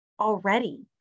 already